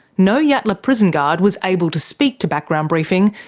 no yatala prison guard was able to speak to background briefing,